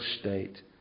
state